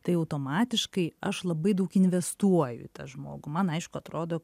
tai automatiškai aš labai daug investuoju tą žmogų man aišku atrodo